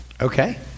Okay